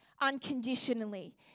unconditionally